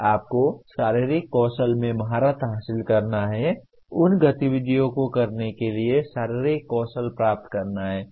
आपको शारीरिक कौशल में महारत हासिल करना है उन गतिविधियों को करने के लिए शारीरिक कौशल प्राप्त करना है